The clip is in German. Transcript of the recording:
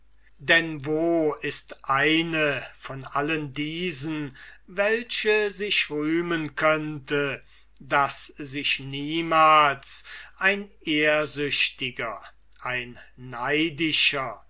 denn wo ist eine von allen diesen welche sich rühmen könnte daß sich niemals kein ehrsüchtiger kein neidischer